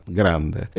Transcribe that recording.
grande